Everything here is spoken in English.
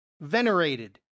venerated